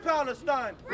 Palestine